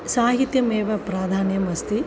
साहित्यमेव प्राधान्यम् अस्ति